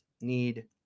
need